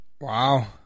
Wow